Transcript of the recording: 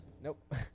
Nope